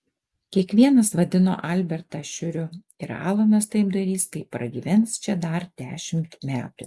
kiekvienas vadino albertą šiuriu ir alanas taip darys kai pragyvens čia dar dešimt metų